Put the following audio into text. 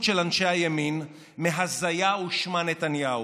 של אנשי הימין מהזיה ושמה נתניהו,